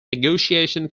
negotiation